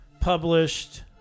published